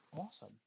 Awesome